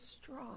strong